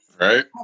Right